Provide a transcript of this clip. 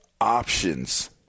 options